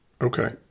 Okay